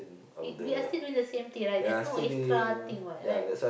we we are still doing the same thing right there's no extra thing what right